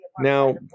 Now